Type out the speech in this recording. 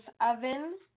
oven